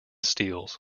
steals